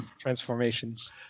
Transformations